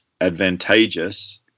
advantageous